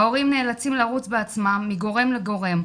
ההורים נאלצים לרוץ בעצמם מגורם לגורם.